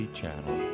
channel